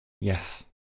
Yes